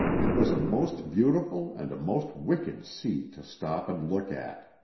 it was a most beautiful and a most wicked sea to stop and look at.